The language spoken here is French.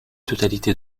totalité